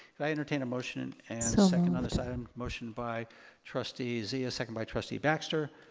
could i entertain a motion and a so second on this item? motion by trustee zia, second by trustee baxter.